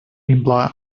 imply